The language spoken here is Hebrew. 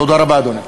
תודה רבה, אדוני.